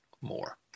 more